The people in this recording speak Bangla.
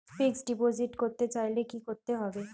ফিক্সডডিপোজিট করতে চাইলে কি করতে হবে?